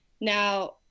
Now